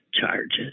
charges